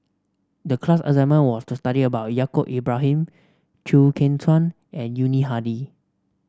the class assignment was to study about Yaacob Ibrahim Chew Kheng Chuan and Yuni Hadi